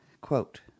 quote